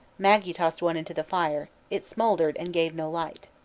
maggee tossed one into the fire. it smouldered and gave no light.